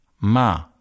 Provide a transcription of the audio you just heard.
ma